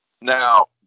now